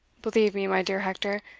believe me, my dear hector,